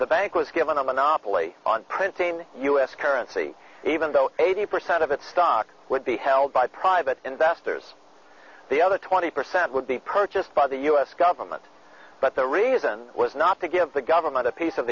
the bank was given a monopoly on printing u s currency even though eighty percent of its stock would be held by private investors the other twenty percent would be purchased by the us government but the reason was not to give the government a piece of